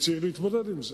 כי צריך להתמודד עם זה.